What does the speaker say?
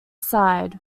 side